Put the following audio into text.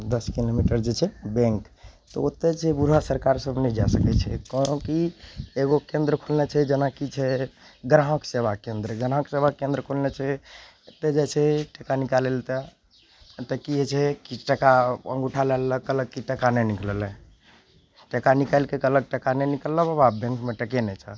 दस किलोमीटर जे छै बैंक तऽ ओतऽ जे छै बुढ़ा सरकार सभ नहि जा सकय छै कहलहुँ कि एगो केन्द्र खोलने छै जेनाकि छै ग्राहक सेवा केन्द्र ग्राहक सेवा केन्द्र खोलने छै एतऽ जाइ छै टाका निकालै लए तऽ की हइ छै कि टाका अँगूठा लए लेलक कहलक की टाका नहि निकललइ टाका निकालिके कहलक टाका नहि निकललौ बाबा बैंकमे टके नहि छऽ